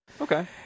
okay